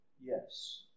yes